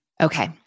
Okay